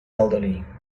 elderly